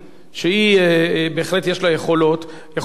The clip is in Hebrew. שבהחלט יש לה יכולות, יכול להיות ששם זה יקרה.